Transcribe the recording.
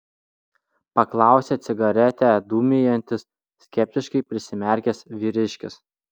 paklausė cigaretę dūmijantis skeptiškai prisimerkęs vyriškis